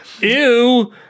Ew